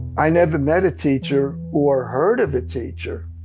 i never met a teacher or heard of a teacher,